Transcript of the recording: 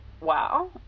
wow